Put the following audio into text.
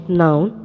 noun